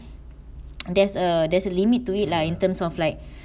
there's a there's a limit to it lah in terms of like